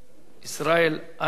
ישראל אייכלר,